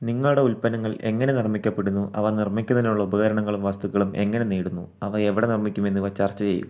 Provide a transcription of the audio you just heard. നിങ്ങളുടെ ഉൽപ്പന്നങ്ങൾ എങ്ങനെ നിർമ്മിക്കപ്പെടുന്നു അവ നിർമ്മിക്കുന്നതിനുള്ള ഉപകരണങ്ങളും വസ്തുക്കളും എങ്ങനെ നേടുന്നു അവ എവിടെ നിർമ്മിക്കും എന്നിവ ചർച്ച ചെയ്യുക